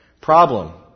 Problem